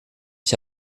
ich